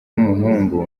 w’umuhungu